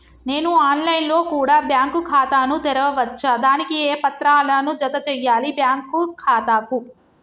నేను online లో కూడా బ్యాంకు ఖాతా ను తెరవ వచ్చా? దానికి ఏ పత్రాలను జత చేయాలి బ్యాంకు ఖాతాకు?